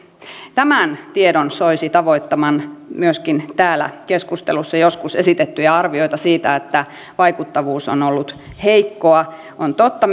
tämän tiedon soisi tavoittavan myöskin täällä keskustelussa joskus esitettyjä arvioita siitä että vaikuttavuus on ollut heikkoa on totta